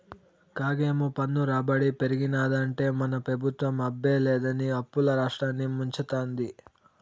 కాగేమో పన్ను రాబడి పెరిగినాదంటే మన పెబుత్వం అబ్బే లేదని అప్పుల్ల రాష్ట్రాన్ని ముంచతాంది